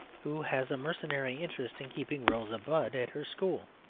who has a mercenary interest in keeping rosa budd at her school.